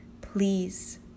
Please